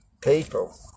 people